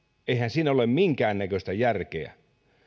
eihän siinä ole minkäännäköistä järkeä